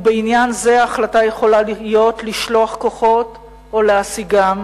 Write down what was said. בעניין זה החלטה יכולה להיות לשלוח כוחות או להסיגם,